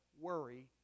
worry